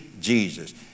Jesus